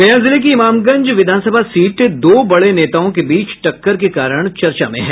गया जिले की ईमामगंज विधानसभा सीट दो बड़े नेताओं के बीच टक्कर के कारण चर्चा में है